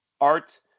art